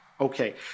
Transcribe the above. Okay